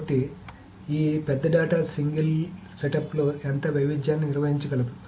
కాబట్టి ఈ పెద్ద డేటా సింగిల్ సెటప్లో ఎంత వైవిధ్యాన్ని నిర్వహించగలదు